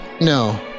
No